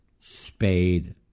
spade